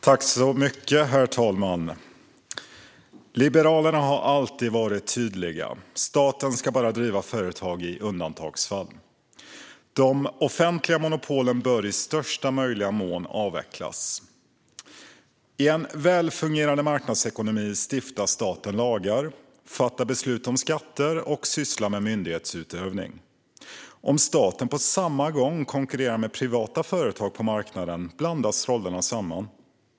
Herr talman! Liberalerna har alltid varit tydliga: Staten ska bara driva företag i undantagsfall. De offentliga monopolen bör i största möjliga mån avvecklas. I en välfungerande marknadsekonomi stiftar staten lagar, fattar beslut om skatter och sysslar med myndighetsutövning. Om staten på samma gång konkurrerar med privata företag på marknaden blandas rollerna samman.